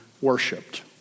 worshipped